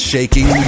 Shaking